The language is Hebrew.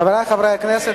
52 חברי כנסת